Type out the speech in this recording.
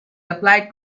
applied